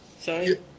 Sorry